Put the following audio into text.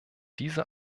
diese